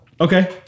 Okay